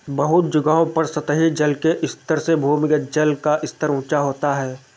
बहुत जगहों पर सतही जल के स्तर से भूमिगत जल का स्तर ऊँचा होता है